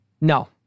No